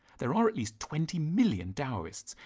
there are at least twenty million daoists,